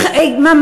נו,